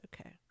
Okay